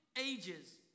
ages